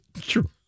True